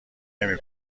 نمی